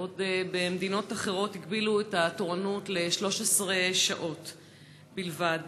בעוד מדינות אחרות הגבילו את התורנות ל-13 שעות בלבד.